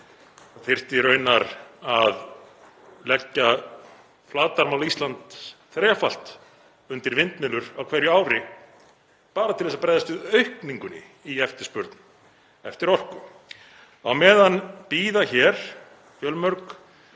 Það þyrfti raunar að leggja flatarmál Íslands þrefalt undir vindmyllur á hverju ári bara til að bregðast við aukningunni í eftirspurn eftir orku. Á meðan bíða hér fjölmörg